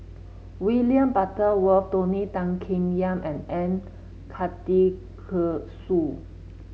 William Butterworth Tony Tan Keng Yam and M Karthigesu